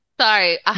sorry